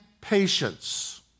patience